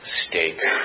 stakes